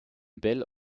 bel